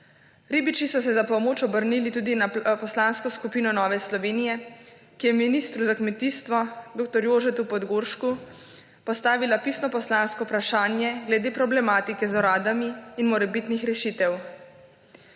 Ribiči so se za pomoč obrnili tudi na Poslansko skupino Nove Slovenije, ki je ministru za kmetijstvo dr. Jožetu Podgoršku postavila pisno poslansko vprašanje glede problematike z oradami in morebitnih rešitev.